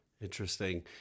interesting